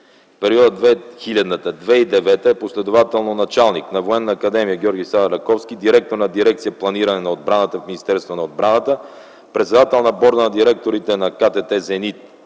периода 2000-2009 г. е последователно: началник на Военна академия „Георги Сава Раковски”; директор на дирекция „Планиране на отбраната” в Министерството на отбраната; председател на Борда на директорите на „КТТ Зенит”